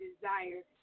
desire